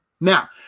Now